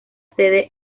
sede